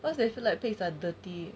cause they feel like pig 很 dirty